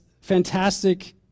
fantastic